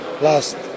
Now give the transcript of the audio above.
last